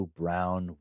brown